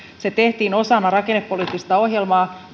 se tehtiin osana rakennepoliittista ohjelmaa